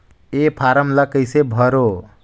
ये फारम ला कइसे भरो?